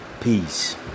peace